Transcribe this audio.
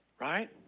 right